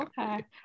Okay